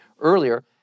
earlier